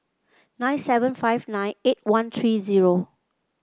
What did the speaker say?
nine seven five nine eight one three zero